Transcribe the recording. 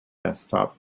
desktop